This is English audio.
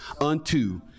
unto